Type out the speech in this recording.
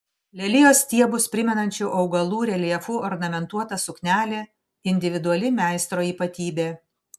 lelijos stiebus primenančių augalų reljefu ornamentuota suknelė individuali meistro ypatybė